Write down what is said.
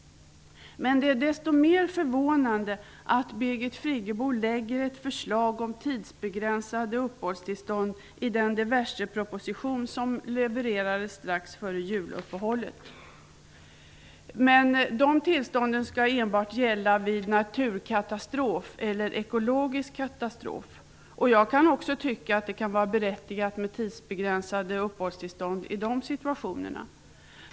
Det är desto mer förvånande att Birgit Friggebo lägger fram ett förslag om tidsbegränsade uppehållstillstånd i den diverseproposition som levererades strax före juluppehållet. Dessa tillstånd skall enbart gälla vid naturkatastrof eller ekologisk katastrof. Jag kan också tycka att det kan vara berättigat med begränsade uppehållstillstånd i de situationerna.